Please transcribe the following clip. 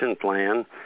plan